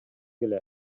эле